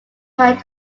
had